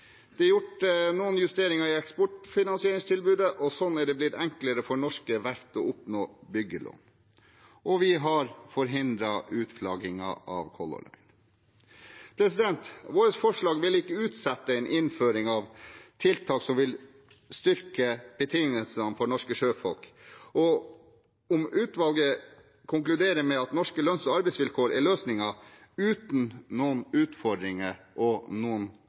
Det er gjort noen justeringer i eksportfinansieringstilbudet, og sånn er det blitt enklere for norske verft å oppnå byggelån. Og vi har forhindret utflaggingen av Color Line. Våre forslag vil ikke utsette en innføring av tiltak som vil styrke betingelsene for norske sjøfolk. Om utvalget konkluderer med at norske lønns- og arbeidsvilkår er løsningen, uten noen utfordringer og